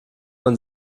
man